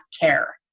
care